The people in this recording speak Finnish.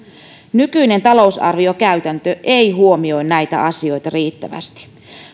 nykyinen talousarviokäytäntö ei huomioi näitä asioita riittävästi